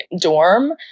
dorm